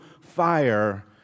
fire